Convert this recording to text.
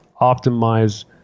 optimize